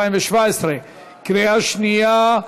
התשע"ז 2017. קריאה שנייה.